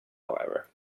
however